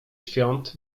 świąt